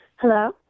Hello